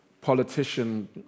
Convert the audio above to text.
politician